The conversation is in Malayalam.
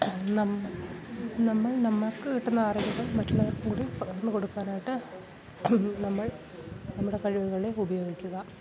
നമ്മ നമ്മൾ നമ്മള്ക്ക് കിട്ടുന്ന അറിവുകൾ മറ്റുള്ളവർക്ക് കൂടി പകർന്നു കൊടുക്കാനായിട്ട് നമ്മൾ നമ്മുടെ കഴിവുകളെ ഉപയോഗിക്കുക